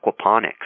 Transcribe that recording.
aquaponics